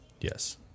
Yes